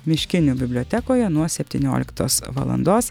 miškinio bibliotekoje nuo septynioliktos valandos